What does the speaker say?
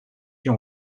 się